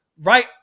right